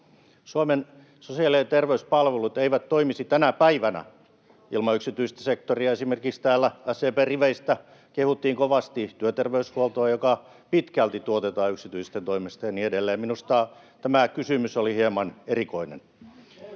Suomen sosiaali- ja terveyspalvelut eivät toimisi tänä päivänä ilman yksityistä sektoria. Esimerkiksi täällä SDP:n riveistä kehuttiin kovasti työterveyshuoltoa, joka pitkälti tuotetaan yksityisten toimesta, ja niin edelleen. Minusta tämä kysymys oli hieman erikoinen.